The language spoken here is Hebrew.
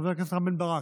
חבר הכנסת רם בן ברק,